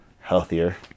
healthier